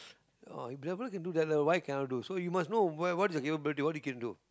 oh if that fellow can do that well why cannot do so you must know where what is your capability what you can do